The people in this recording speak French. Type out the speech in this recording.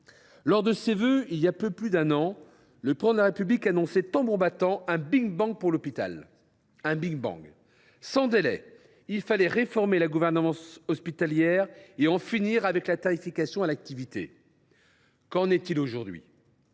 Lors de ses vœux voilà un peu plus d’un an, le Président de la République annonçait tambour battant un big bang pour l’hôpital. Sans délai, il fallait réformer la gouvernance hospitalière et en finir avec la tarification à l’activité (T2A). Qu’en est il aujourd’hui ?